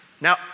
Now